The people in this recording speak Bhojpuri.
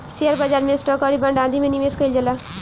शेयर बाजार में स्टॉक आउरी बांड आदि में निबेश कईल जाला